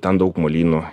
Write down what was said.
ten daug molynų